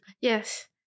Yes